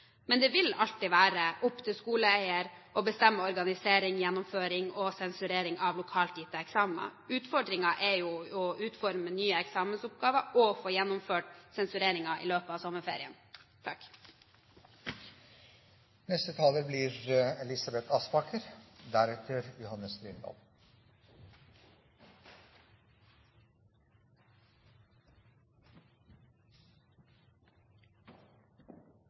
Men det vil alltid være opp til skoleeier å bestemme organisering, gjennomføring og sensurering av lokalt gitte eksamener. Utfordringen er jo å utforme nye eksamensoppgaver og få gjennomført sensureringen i løpet av sommerferien.